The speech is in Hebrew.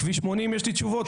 לגבי כביש 80 יש לי תשובות,